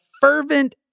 fervent